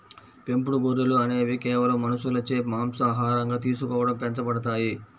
పెంపుడు గొర్రెలు అనేవి కేవలం మనుషులచే మాంసాహారంగా తీసుకోవడం పెంచబడతాయి